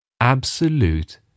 Absolute